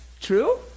True